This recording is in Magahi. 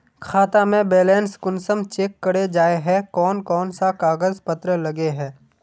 खाता में बैलेंस कुंसम चेक करे जाय है कोन कोन सा कागज पत्र लगे है?